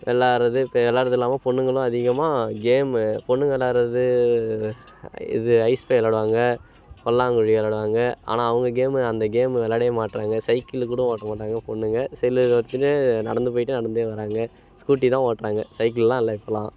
விளாட்றது இப்போ விளாட்றது இல்லாமல் பொண்ணுங்களும் அதிகமாக கேமு பொண்ணுங்க விளாட்றது இது ஐஸ்ஃபை விளாடுவாங்க பல்லாங்குழி விளாடுவாங்க ஆனால் அவங்க கேமு அந்த கேமு விளாடவே மாட்டுறாங்க சைக்கிளு கூட ஓட்ட மாட்டாங்க பொண்ணுங்க செல்லு எடுத்துட்டு நடந்து போயிட்டு நடந்தே வராங்க ஸ்கூட்டி தான் ஓட்டுறாங்க சைக்கிளெலாம் இல்லை இப்போல்லாம்